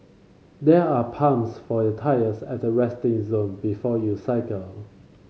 there are pumps for your tyres at the resting zone before you cycle